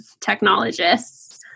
technologists